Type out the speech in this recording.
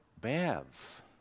baths